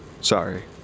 Sorry